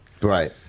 Right